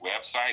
website